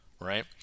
right